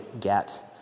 get